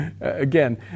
again